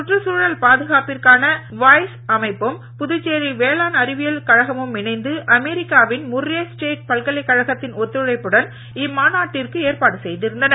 சுற்றுச்சூழல் பாதுகாப்பிற்கான வாய்ஸ் அமைப்பும் புதுச்சேரி வேளாண் அறிவியல் கழகமும் இணைந்து அமெரிக்காவின் முர்ரே ஸ்டேட் பல்கலைக்கழகத்தின் இம்மாநாட்டிற்கு ஒத்துழைப்புடன் ஏற்பாடு செய்திருந்தன